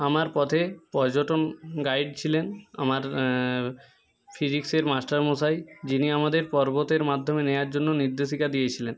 আমার পথে পর্যটন গাইড ছিলেন আমার ফিজিক্সের মাস্টারমশাই যিনি আমাদের পর্বতের মাধ্যমে নেওয়ার জন্য নির্দেশিকা দিয়েছিলেন